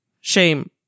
Shame